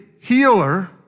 healer